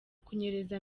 kunyereza